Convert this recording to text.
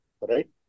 right